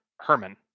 Herman